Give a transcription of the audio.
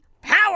power